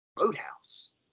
Roadhouse